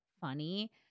funny